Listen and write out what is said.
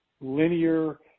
linear